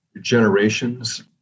generations